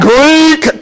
Greek